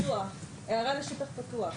יש לי הערה לגבי שטח פתוח.